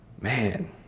man